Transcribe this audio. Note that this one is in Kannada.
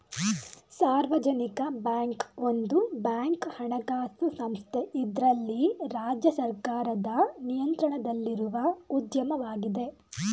ಸಾರ್ವಜನಿಕ ಬ್ಯಾಂಕ್ ಒಂದು ಬ್ಯಾಂಕ್ ಹಣಕಾಸು ಸಂಸ್ಥೆ ಇದ್ರಲ್ಲಿ ರಾಜ್ಯ ಸರ್ಕಾರದ ನಿಯಂತ್ರಣದಲ್ಲಿರುವ ಉದ್ಯಮವಾಗಿದೆ